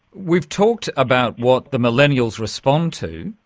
we've talked about what the millennials respond to,